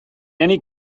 any